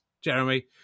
Jeremy